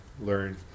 learn